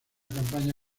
campaña